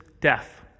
death